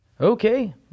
Okay